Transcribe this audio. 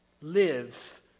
live